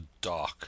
dark